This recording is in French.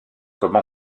comme